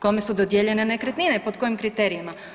Kome su dodijeljene nekretnine, pod kojim kriterijima?